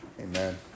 Amen